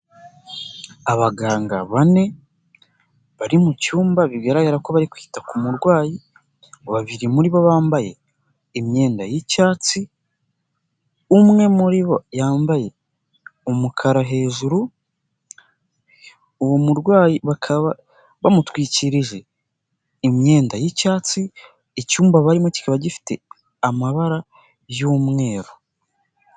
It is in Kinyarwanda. Abaganga bane bari mu cyumba bigaragara ko bari kwita ku murwayi, babiri muri bo bambaye imyenda y'icyatsi, umwe muri bo yambaye umukara hejuru, uwo murwayi bakaba bamutwikirije imyenda y'icyatsi, icyumba barimo kikaba gifite amabara y'umweru.